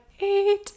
eight